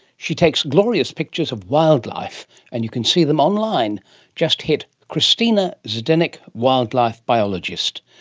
she takes glorious pictures of wildlife and you can see them online just hit christina zdenek wildlife biologist.